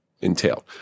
entailed